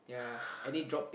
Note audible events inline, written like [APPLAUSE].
[LAUGHS]